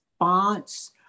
response